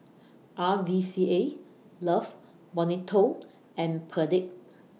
R V C A Love Bonito and Perdix